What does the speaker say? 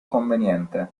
conveniente